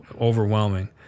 overwhelming